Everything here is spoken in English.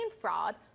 fraud